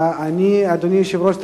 אדוני היושב-ראש,